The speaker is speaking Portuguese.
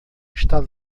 está